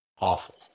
awful